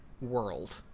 world